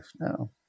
Now